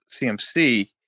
cmc